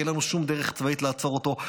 כי אין לנו שום דרך צבאית לעצור אותו,